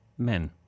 men